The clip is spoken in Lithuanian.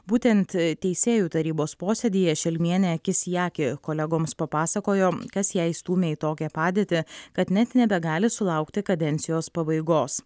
būtent teisėjų tarybos posėdyje šelmienė akis į akį kolegoms papasakojo kas ją įstūmė į tokią padėtį kad net nebegali sulaukti kadencijos pabaigos